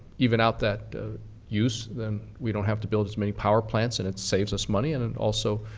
even out that use, then we don't have to build as many power plants and it saves us money. and it also